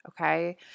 okay